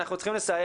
אנחנו צריכים לסיים.